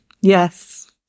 Yes